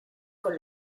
con